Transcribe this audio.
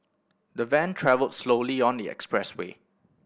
the van travelled slowly on the expressway